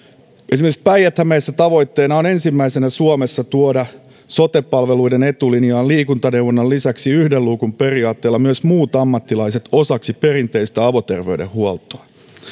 esimerkiksi päijät hämeessä tavoitteena on ensimmäisenä suomessa tuoda sote palveluiden etulinjaan liikuntaneuvonnan lisäksi yhden luukun periaatteella myös muut ammattilaiset osaksi perinteistä avoterveydenhuoltoa